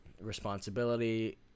responsibility